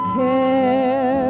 care